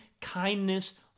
kindness